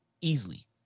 easily